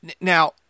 Now